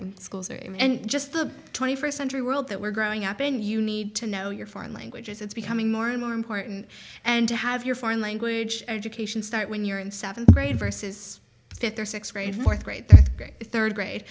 something schools are in and just the twenty first century world that we're growing up in you need to know your foreign languages it's becoming more and more important and to have your foreign language education start when you're in seventh grade verses fifth or sixth grade fourth grade third grade